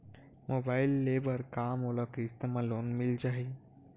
Mobile ले बर का मोला किस्त मा लोन मिल जाही?